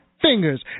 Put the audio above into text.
fingers